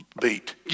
beat